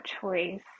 choice